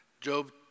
Job